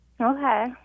Okay